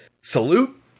salute